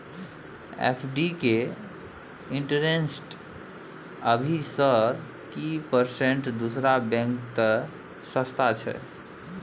FD के interest अभी sir की परसेंट दूसरा बैंक त सस्ता छः?